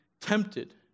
tempted